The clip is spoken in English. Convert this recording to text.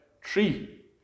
tree